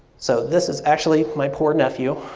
so this is actually my poor nephew,